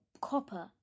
Copper